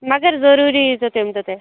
مگر ضروٗری ییٖزیو تمہِ دۄہ تیٚلہِ